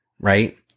right